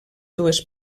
dues